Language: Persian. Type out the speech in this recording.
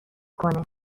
کنه